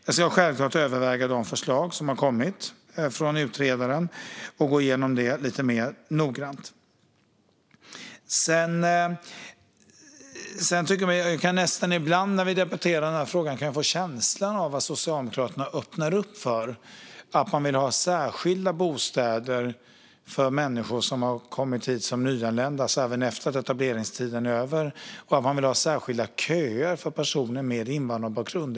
Jag ska självklart överväga de förslag som har kommit från utredaren och gå igenom dem lite mer noggrant. När vi debatterar den här frågan får jag ibland känslan att Socialdemokraterna öppnar för särskilda bostäder för människor som kommit hit som nyanlända efter att etableringstiden är över. Man verkar vilja ha särskilda köer för personer med invandrarbakgrund.